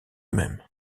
même